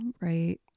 right